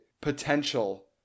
potential